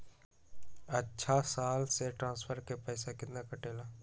अछा साल मे ट्रांसफर के पैसा केतना कटेला?